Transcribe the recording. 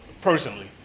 personally